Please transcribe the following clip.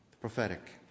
prophetic